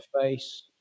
face